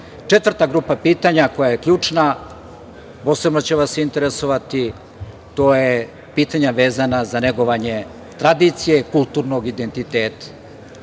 zaštitu. Četvrta grupa pitanja koja je ključna, posebno će vas interesovati, to je pitanja vezana za negovanje tradicije kulturnog identiteta.